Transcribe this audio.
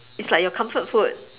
is like your comfort food